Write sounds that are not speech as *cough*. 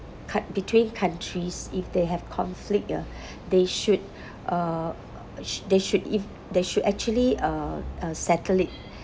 cou~ between countries if they have conflict ya *breath* they should uh sh~ they should if they should actually uh uh settle it